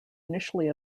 initially